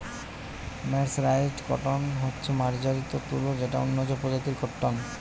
mercerised cotton হচ্ছে মার্জারিত তুলো যেটা উন্নত প্রজাতির কট্টন